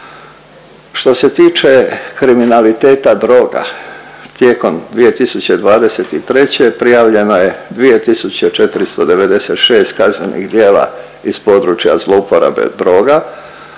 Što se tiče kriminaliteta droga tijekom 2023. prijavljeno je 2.496 kaznenih djela iz područja zlouporabe droga